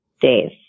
days